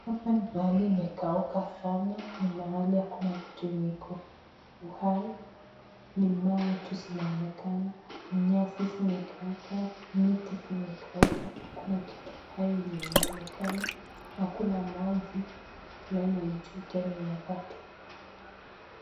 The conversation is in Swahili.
Hapa ni pahali imekauka sana, ni mahali hakuna kitu yenye iko uhai. Ni mawe tu zinaonekana, nyasi zimekauka, miti zimekauka, hakuna kitu hai yenye inaonekana, hakuna maji. Tunaona juu tena inaka